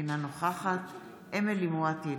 אינה נוכחת אמילי חיה מואטי,